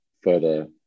further